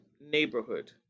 Neighborhood